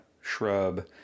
shrub